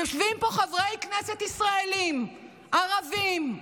יושבים פה חברי כנסת ישראלים, ערבים,